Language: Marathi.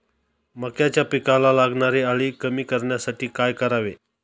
मक्याच्या पिकाला लागणारी अळी कमी करण्यासाठी काय करावे?